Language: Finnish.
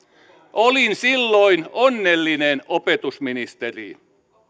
olin silloin onnellinen opetusministeri